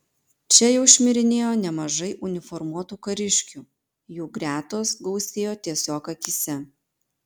čia jau šmirinėjo nemažai uniformuotų kariškių jų gretos gausėjo tiesiog akyse